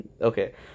Okay